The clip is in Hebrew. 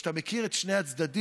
כשאתה מכיר את שני הצדדים,